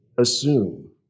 assume